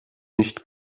nicht